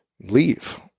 leave